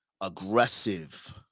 aggressive